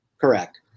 correct